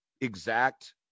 exact